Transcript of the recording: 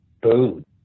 Boom